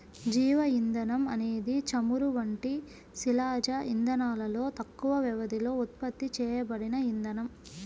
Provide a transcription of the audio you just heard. జీవ ఇంధనం అనేది చమురు వంటి శిలాజ ఇంధనాలలో తక్కువ వ్యవధిలో ఉత్పత్తి చేయబడిన ఇంధనం